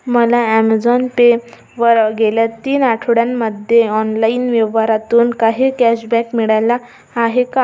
मला Amazon Pay वर गेल्या तीन आठवड्यांमध्ये ऑनलाइन व्यवहारातून काही कॅशबॅक मिळाला आहे का